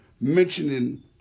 mentioning